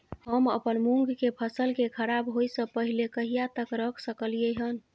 हम अपन मूंग के फसल के खराब होय स पहिले कहिया तक रख सकलिए हन?